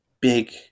big